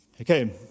Okay